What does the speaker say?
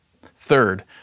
Third